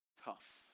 Tough